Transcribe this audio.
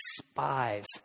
Despise